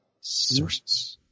sources